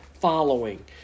following